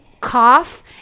cough